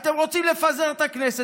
אתם רוצים לפזר את הכנסת?